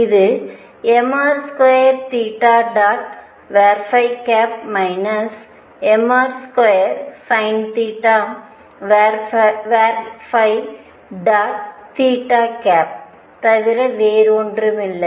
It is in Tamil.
இது mr2 mr2sinθ தவிர வேறில்லை